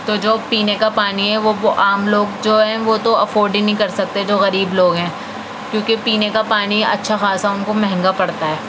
تو جو پینے کا پانی ہے وہ وہ عام لوگ جو ہیں وہ تو افورڈ ہی نہیں کر سکتے جو غریب لوگ ہیں کیونکہ پینے کا پانی اچھا خاصا ان کو مہنگا پڑتا ہے